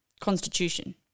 constitution